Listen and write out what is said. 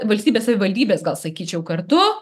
valstybės savivaldybės gal sakyčiau kartu